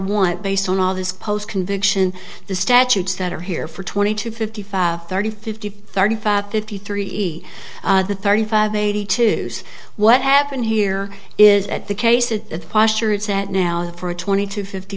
want based on all this post conviction the statutes that are here for twenty two fifty five thirty fifty thirty five fifty three thirty five eighty two what happened here is at the case that posture it's at now for a twenty to fifty